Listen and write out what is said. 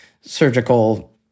surgical